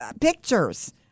pictures